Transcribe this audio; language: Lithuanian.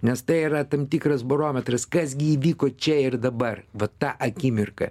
nes tai yra tam tikras barometras kas gi įvyko čia ir dabar vat ta akimirka